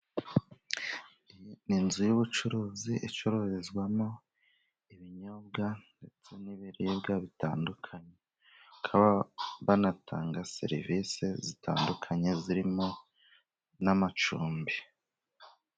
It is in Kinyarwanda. Inzu y'ubucuruzi icururizwamo ibinyobwa, ndetse n'ibiribwa bitandukanye, bakaba banatanga serivisi zitandukanye, zirimo n'amacumbi.